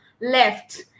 left